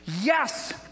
Yes